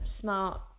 smart